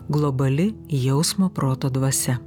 globali jausmo proto dvasia